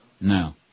No